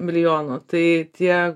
milijonų tai tie